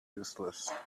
useless